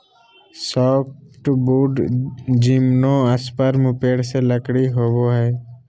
softwood gymnosperm पेड़ से लकड़ी होबो हइ